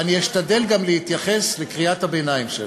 אני אשתדל גם להתייחס לקריאת הביניים,